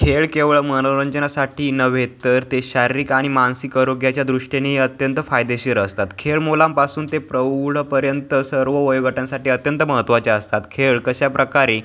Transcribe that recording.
खेळ केवळ मनोरंजनासाठी नव्हेत तर ते शारीरिक आणि मानसिक आरोग्याच्या दृष्टीनेही अत्यंत फायदेशीर असतात खेळ मुलांपासून ते प्रौढांपर्यंत सर्व वयोगटांसाठी अत्यंत महत्त्वाचे असतात खेळ कशाप्रकारे